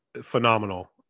phenomenal